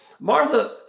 Martha